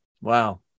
Wow